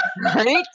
Right